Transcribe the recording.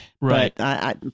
Right